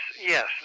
Yes